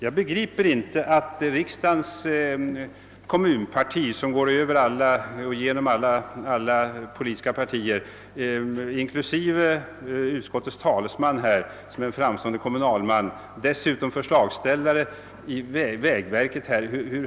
Jag begriper heller inte hur riksdagens kommunparti — det är ju den beteckning vi brukar använda — som griper över alla parti gränser kan underlåta att reagera. Och utskottets talesman är ju även framstående kommunalman samt dessutom förslagsställare i vägverket.